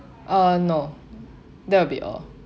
uh no that will be a